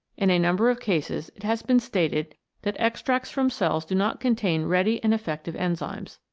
in a number of cases it has been stated that extracts from cells do not contain ready and effective enzymes.